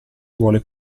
vuole